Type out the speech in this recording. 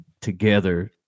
together